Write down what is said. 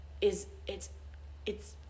is—it's—it's